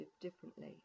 differently